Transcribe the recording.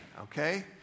Okay